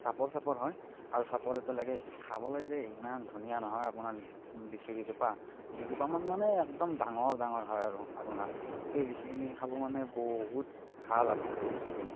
চাপৰ চাপৰ হয় আৰু চাপৰতে লাগে খাবলৈ যে ইমান ধুনীয়া নহয় আপোনাৰ লিচু কিজোপা দুজোপামান মানে একদম ডাঙৰ ডাঙৰ হয় আৰু আপোনাৰ সেই লিচুখিনি খাব মানে বহুত ভাল আৰু লিচুখিনি